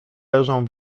leżą